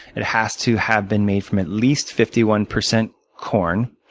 it has to have been made from at least fifty one percent corn.